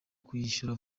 kuyishyura